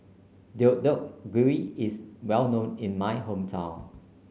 Deodeok Gui is well known in my hometown